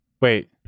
wait